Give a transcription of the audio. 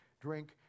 drink